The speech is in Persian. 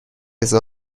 رضا